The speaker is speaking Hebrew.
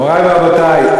מורי ורבותי,